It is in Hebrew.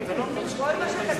אתה לא מבין את זה?